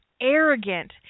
arrogant